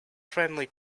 friendly